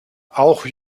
auch